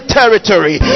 territory